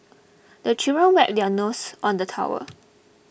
the children wipe their noses on the towel